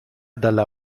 dalla